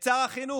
את שר החינוך.